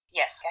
yes